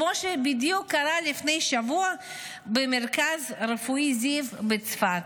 כמו שקרה בדיוק לפני שבוע במרכז הרפואי זיו בצפת.